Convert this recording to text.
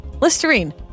Listerine